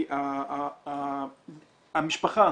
המשפחה